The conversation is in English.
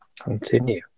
Continue